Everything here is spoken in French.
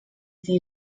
des